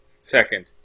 second